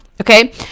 Okay